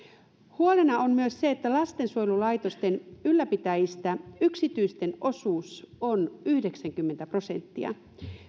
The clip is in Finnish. huolena on myös se että lastensuojelulaitosten ylläpitäjistä yksityisten osuus on yhdeksänkymmentä prosenttia